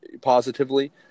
positively